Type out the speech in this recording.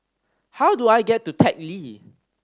how do I get to Teck Lee